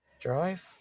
drive